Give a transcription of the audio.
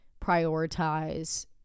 prioritize